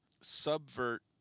subvert